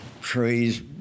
trees